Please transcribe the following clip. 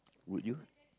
would you